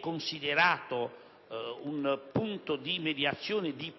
considerato un ottimo punto di mediazione, di